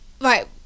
right